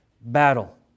battle